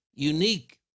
unique